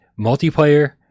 multiplayer